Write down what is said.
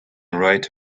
right